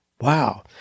Wow